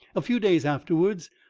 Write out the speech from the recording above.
a few days afterwards,